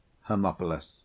HERMOPOLIS